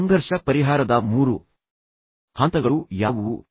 ಸಂಘರ್ಷ ಪರಿಹಾರದ ಮೂರು ಹಂತಗಳು ಯಾವುವು